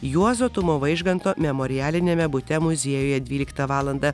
juozo tumo vaižganto memorialiniame bute muziejuje dvyliktą valandą